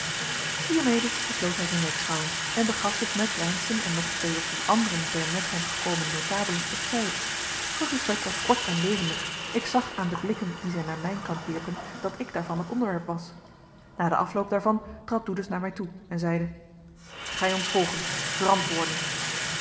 hiermede besloot hij zijn lijkschouwing en begaf zich met reynszen en nog twee of drie andere der met hem gekomen notabelen op zijde hun gesprek was kort en levendig ik zag aan de blikken die zij naar mijn kant wierpen dat ik daarvan het onderwerp was na den afloop daarvan trad doedes naar mij toe en zeide gij ons volgen verantwoorden